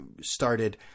started